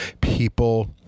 people